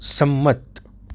સંમત